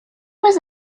was